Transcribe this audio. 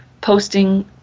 posting